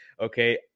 okay